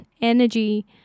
energy